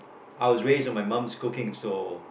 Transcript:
I was raise in my mom's cooking so